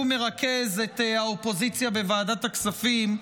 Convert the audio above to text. שהוא מרכז את האופוזיציה בוועדת הכספים,